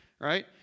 right